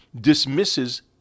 dismisses